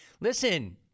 Listen